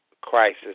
crisis